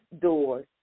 doors